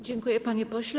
Dziękuję, panie pośle.